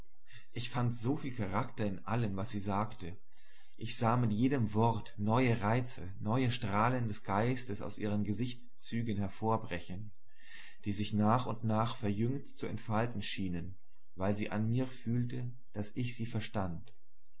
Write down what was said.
ich fand so viel charakter in allem was sie sagte ich sah mit jedem wort neue reize neue strahlen des geistes aus ihren gesichtszügen hervorbrechen die sich nach und nach vergnügt zu entfalten schienen weil sie an mir fühlte daß ich sie verstand